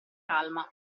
calma